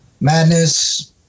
madness